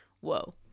Whoa